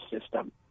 system